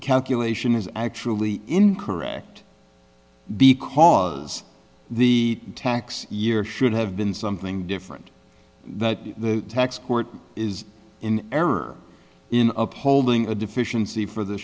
calculation is actually incorrect because the tax year should have been something different that the tax court is in error in upholding a deficiency for th